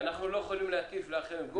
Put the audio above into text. אנחנו לא יכולים להטיף לאחרים.